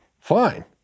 Fine